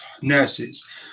nurses